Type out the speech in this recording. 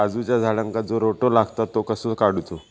काजूच्या झाडांका जो रोटो लागता तो कसो काडुचो?